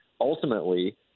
Ultimately